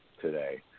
today